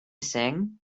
sing